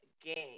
game